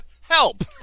help